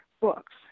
books